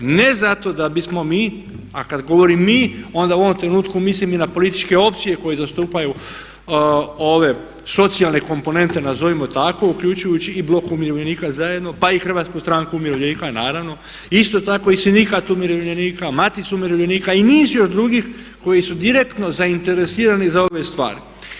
Ne zato da bismo mi, a kad govorim mi onda u ovom trenutku mislim i na političke opcije koje zastupaju ove socijalne komponentne nazovimo tako uključujući i BUZ pa i Hrvatsku stranku umirovljenika naravno, isto tako i Sindikat umirovljenika, Maticu umirovljenika i niz još drugih koji su direktno zainteresirani za ove stvari.